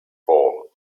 fall